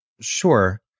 Sure